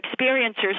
experiencers